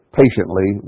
patiently